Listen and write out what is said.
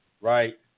right